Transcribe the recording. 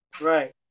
Right